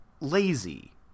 lazy